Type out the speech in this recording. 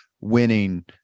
winning